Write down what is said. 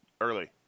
early